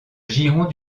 giron